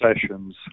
sessions